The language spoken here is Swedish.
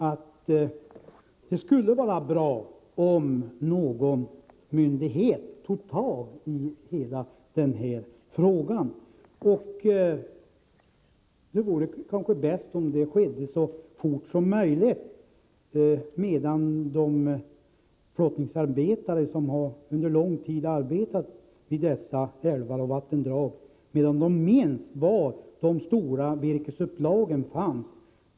Därför vore det bra om någon myndighet tog fast i den frågan så fort som möjligt, medan flottningsarbetare som under lång tid har arbetat vid dessa älvar och vattendrag minns var de stora virkesupplagen fanns.